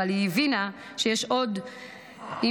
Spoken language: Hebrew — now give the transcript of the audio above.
אבל היא הבינה שיש עוד עם